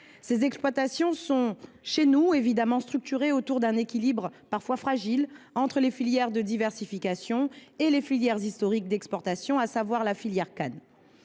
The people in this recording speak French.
Ces exploitations sont, chez nous, évidemment structurées autour d’un équilibre parfois fragile entre les filières de diversification et les filières historiques d’exportation, à savoir la canne à